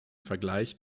vergleich